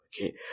Okay